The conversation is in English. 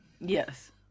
yes